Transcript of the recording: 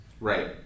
Right